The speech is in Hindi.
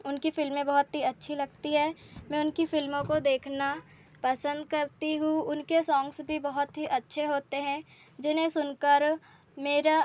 उनकी फ़िल्में बहुत ई अच्छी लगती है मैं उनकी फ़िल्मों को देखना पसंद करती हूँ उनके सॉन्ग्स भी बहुत ही अच्छे होते हैं जिन्हें सुनकर मेरा